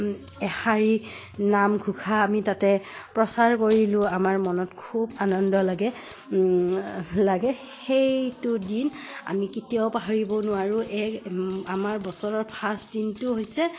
এশাৰী নাম ঘোষা আমি তাতে প্ৰচাৰ কৰিলোঁ আমাৰ মনত খুব আনন্দ লাগে লাগে সেইটো দিন আমি কেতিয়াও পাহৰিব নোৱাৰোঁ এই আমাৰ বছৰৰ ফাৰ্ষ্ট দিনটো হৈছে